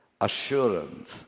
assurance